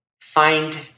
find